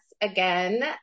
Again